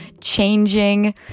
changing